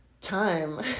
time